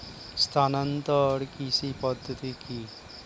স্থানান্তর কৃষি পদ্ধতি কি?